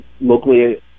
locally